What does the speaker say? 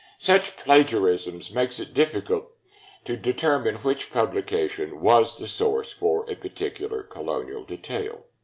such plagiarism makes it difficult to determine which publication was the source for a particular colonial detail.